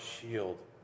shield